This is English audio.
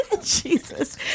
Jesus